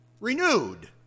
renewed